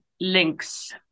links